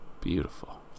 beautiful